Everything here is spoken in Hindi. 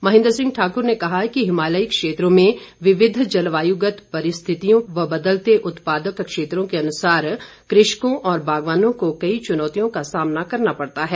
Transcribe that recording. महेन्द्र सिंह ठाकुर ने कहा कि हिमालयी क्षेत्रों में विविध जलवायुगत परिस्थितियों व बदलते उत्पादक क्षेत्रों के अनुसार कृषकों और बागवानों को कई चुनौतियों का सामना करना पड़ता है